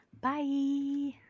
Bye